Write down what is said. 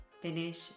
finish